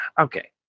Okay